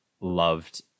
loved